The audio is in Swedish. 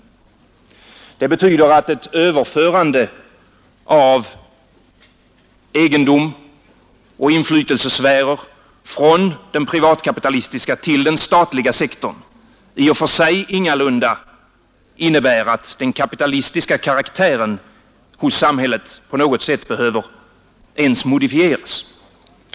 Detta betyder att ett överförande av egendom och inflytelsesfärer från den privatkapitalistiska till den statliga sektorn i och för sig ingalunda innebär att den kapitalistiska karaktären hos samhället på något sätt behöver ens modifieras.